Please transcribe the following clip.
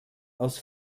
aus